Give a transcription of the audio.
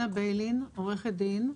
שמי הלנה ביילין, עורכת דין.